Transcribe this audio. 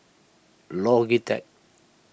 Logitech